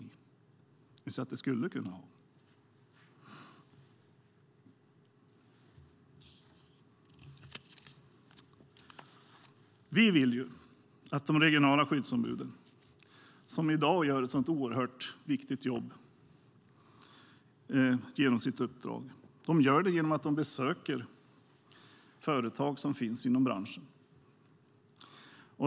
Ni säger att det "skulle kunna innebära". De regionala skyddsombuden utför i dag ett så oerhört viktigt uppdrag genom att besöka företag inom branschen.